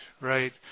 right